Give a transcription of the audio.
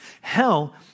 Hell